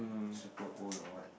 super old or what